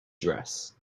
dress